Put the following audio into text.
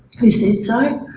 who says so?